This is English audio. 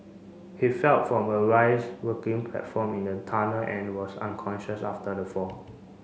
he fell from a rise working platform in the tunnel and was unconscious after the fall